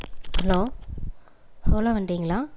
hello Ola வண்டிங்களா